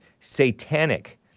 satanic